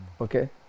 okay